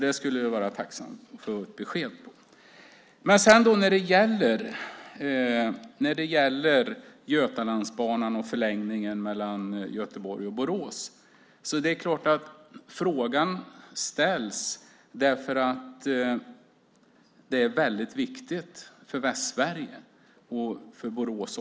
Det skulle vara tacksamt att få besked om. Frågan om Götalandsbanan och förlängningen mellan Göteborg och Borås ställs därför att den är väldigt viktig för Västsverige och Borås.